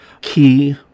key